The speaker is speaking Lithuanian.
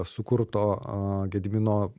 sukurto a gedimino